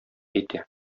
әйтә